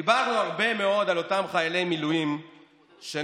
דיברנו הרבה מאוד על אותם חיילי מילואים שהשירות